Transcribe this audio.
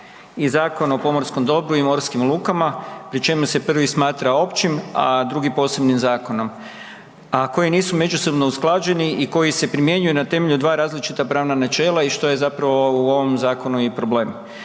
i Zakon o pomorskom dobru i morskim lukama pri čemu se prvi smatra općim, a drugi posebnim zakonom, a koji nisu međusobno usklađeni i koji se primjenjuju na temelju dva različita pravna načela i što je zapravo u ovom zakonu i problem.